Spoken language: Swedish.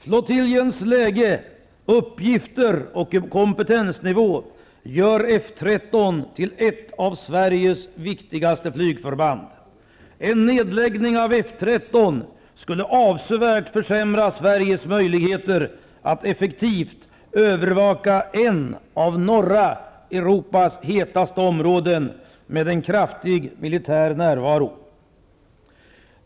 Flottiljens läge, uppgifter och kompetensnivå gör F 13 till ett av F 13 skulle avsevärt försämra Sveriges möjligheter att effektivt övervaka ett av norra Europas ''hetaste'' områden med en kraftig militär närvaro.